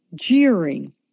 jeering